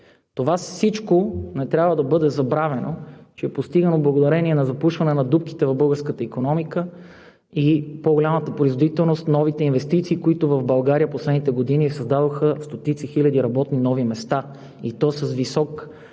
това не трябва да бъде забравено, че е постигнато благодарение на запушване на дупките в българската икономика и по-голямата производителност, новите инвестиции, които в България в последните години създадоха стотици хиляди нови работни места, и то с висока